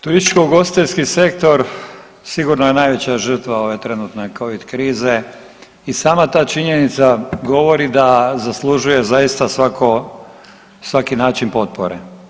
Turističko ugostiteljski sektor sigurno je najveća žrtva ove trenutne covid krize i sama ta činjenica govori da zaslužuje zaista svako, svaki način potpore.